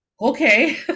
Okay